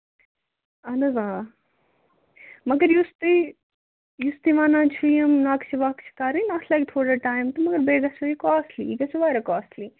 اَہَن حظ آ مَگر یُس تُہۍ یُس تُہۍ وَنان چھِو یِم نَقشہٕ وَقشہٕ کَرٕنۍ اَتھ لَگہِ تھوڑا ٹایم تہٕ مگر بیٚیہِ گژھٮ۪و یہِ کاسٹٕلی یہِ گژھِ واریاہ کاسٹٕلی